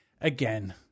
Again